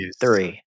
three